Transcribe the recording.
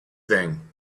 thing